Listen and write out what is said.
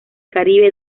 caribe